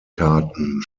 karten